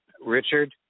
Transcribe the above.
Richard